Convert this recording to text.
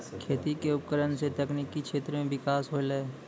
खेती क उपकरण सें तकनीकी क्षेत्र में बिकास होलय